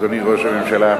אדוני ראש הממשלה,